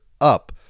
up